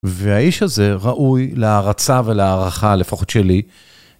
והאיש הזה ראוי להערצה ולהערכה לפחות שלי.